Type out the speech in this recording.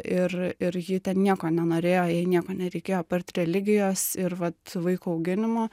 ir ir ji ten nieko nenorėjo jai nieko nereikėjo apart religijos ir vat vaiko auginimo